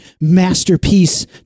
masterpiece